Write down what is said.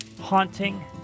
haunting